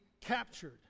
captured